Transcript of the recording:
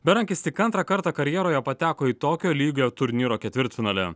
berankis tik antrą kartą karjeroje pateko į tokio lygio turnyro ketvirtfinalį